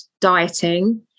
dieting